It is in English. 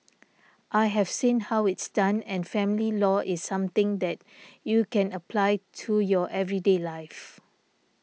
I have seen how it's done and family law is something that you can apply to your everyday life